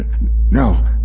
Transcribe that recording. No